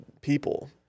people